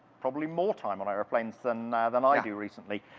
probably more time on airplanes than i than i do recently.